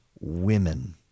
women